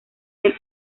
del